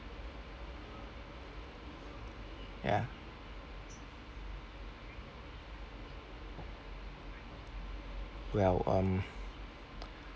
ya well um